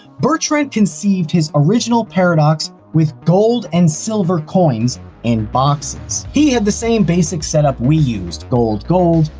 bertrand conceived his original paradox with gold and silver coins in boxes. he had the same basic setup we used gold-gold,